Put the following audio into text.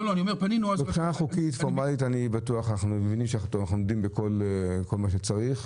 מבחינה חוקית-פורמלית אנחנו מבינים שאנחנו עומדים בכל מה שצריך.